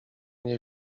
nie